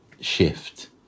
shift